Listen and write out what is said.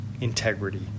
integrity